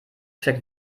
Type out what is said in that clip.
steckt